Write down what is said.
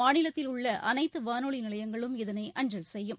மாநிலத்தில் உள்ள அனைத்து வானொலி நிலையங்களும் இதனை அஞ்சல் செய்யும்